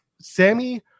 Sammy